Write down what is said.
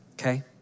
Okay